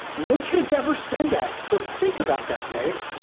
no kid's ever said that so think about that, dave.